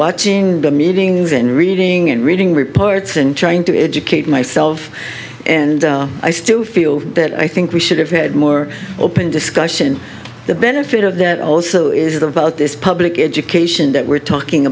watching meetings and reading and reading reports and trying to educate myself and i still feel that i think we should have had more open discussion the benefit of that also is that about this public education that we're talking